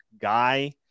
guy